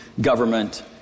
government